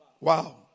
Wow